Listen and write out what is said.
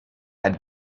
had